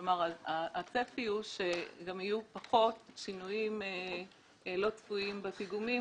כלומר הצפי הוא שיהיו פחות שינויים לא צפויים בפיגומים